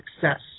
success